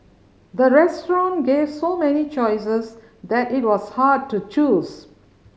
the restaurant gave so many choices that it was hard to choose